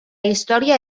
història